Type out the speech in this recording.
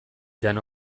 jan